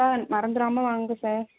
sir மறந்துராமல் வாங்க sir